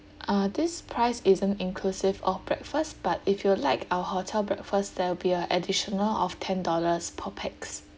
uh this price isn't inclusive of breakfast but if you're like our hotel breakfast there will be a additional of ten dollars per pax